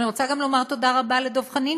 אבל אני רוצה לומר תודה רבה גם לדב חנין,